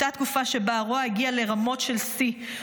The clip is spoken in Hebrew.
אותה תקופה שבה הרוע הגיע לרמות של שיא,